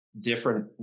different